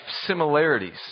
similarities